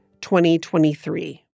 2023